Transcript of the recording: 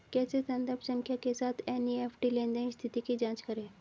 कैसे संदर्भ संख्या के साथ एन.ई.एफ.टी लेनदेन स्थिति की जांच करें?